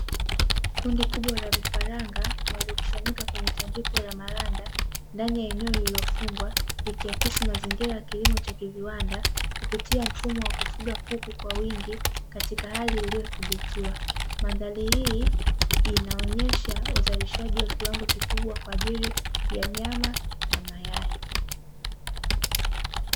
Kundi kubwa la vifaranga waliokusanyika kwenye tandiko la maranda, ndani ya eneo lililofungwa, ikiakisi mazingira ya kilimo cha viwanda kupitia mfumo wa kufuga kuku kwa wingi katika hali iliyodhibitiwa. Mandhari hii inaonyesha uzalishaji wa kiwango kikubwa kwa ajili ya nyama na mayai.